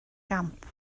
gamp